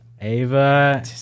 Ava